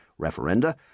referenda